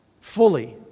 fully